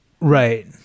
Right